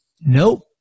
nope